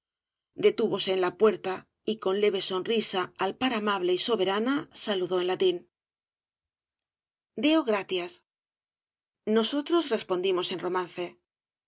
detúvose en la puerta y con leve sonrisa al par amable y soberana saludó en latín deo gratias nosotros respondimos en romance